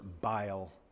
bile